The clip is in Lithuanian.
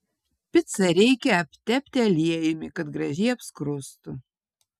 picą reikia aptepti aliejumi kad gražiai apskrustų